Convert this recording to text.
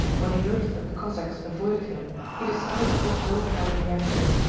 when he noticed that the cossacks avoided him he decided to take no part in the action,